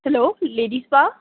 hello lady spa